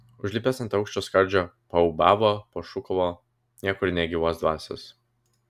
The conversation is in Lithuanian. užlipęs ant aukšto skardžio paūbavo pašūkavo niekur nė gyvos dvasios